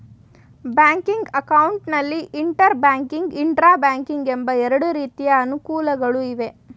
banking account ನಲ್ಲಿ inter banking, intra banking ಎಂಬ ಎರಡು ರೀತಿಯ ಅನುಕೂಲಗಳು ಇವೆ